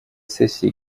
сессии